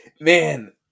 Man